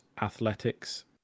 athletics